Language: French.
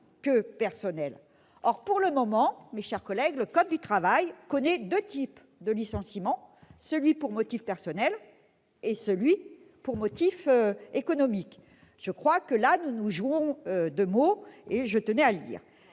que personnel ». Il se trouve que, pour le moment, le code du travail reconnaît deux types de licenciement, celui pour motif personnel et celui pour motif économique. Je crois que, là, nous nous jouons de mots et je tenais à le dire